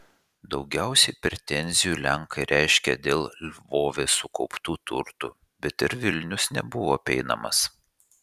daugiausiai pretenzijų lenkai reiškė dėl lvove sukauptų turtų bet ir vilnius nebuvo apeinamas